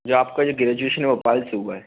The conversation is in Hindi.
जो आपका ये ग्रेजुएशन भोपाल से हुआ है